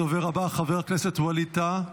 הדובר הבא, חבר הכנסת ווליד טאהא.